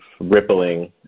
rippling